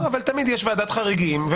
אבל תמיד יש ועדת חריגים,